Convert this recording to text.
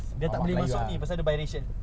dia tak boleh masuk ni apa sal ada violation